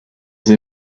they